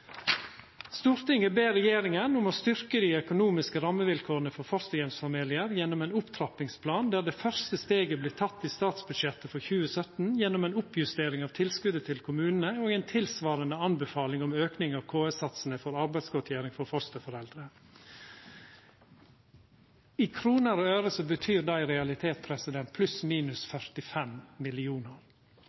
ber regjeringen om å styrke de økonomiske rammevilkårene for fosterhjemsfamilier gjennom en opptrappingsplan der det første steget blir tatt i statsbudsjettet for 2017 gjennom en oppjustering av tilskuddet til kommunene og en tilsvarende anbefaling om økning av KS-satsene for arbeidsgodtgjøring for fosterforeldre.» I kroner og øre betyr det i realiteten pluss/minus 45 mill. kr – 45